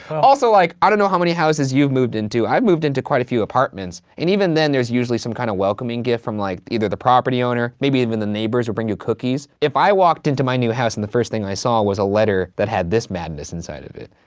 also, like i don't know how many houses you've moved into. i've moved into quite a few apartments, and even then, there's usually some kind of welcoming gift from like either the property owner, maybe even the neighbors will bring you cookies. if i walked into my new house and the first thing i saw was a letter that had this madness inside of it.